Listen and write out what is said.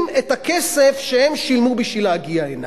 את הכסף שהם שילמו בשביל להגיע הנה.